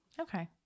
Okay